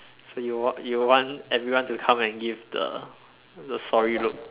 so you want you want everyone to come and give the the sorry look